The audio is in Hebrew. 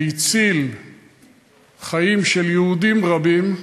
אשר הציל חיים של יהודים רבים,